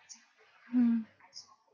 mm